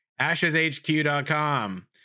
AshesHQ.com